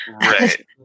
right